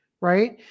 right